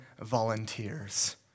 volunteers